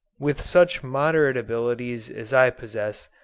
with such moderate abilities as i possess,